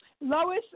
Lois